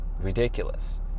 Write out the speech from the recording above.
ridiculous